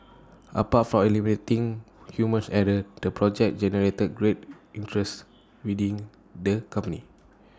apart for eliminating human's error the project generated great interest within the company